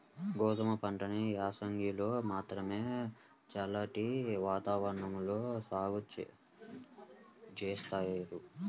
గోధుమ పంటని యాసంగిలో మాత్రమే చల్లటి వాతావరణంలో సాగు జేత్తారు